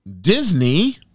disney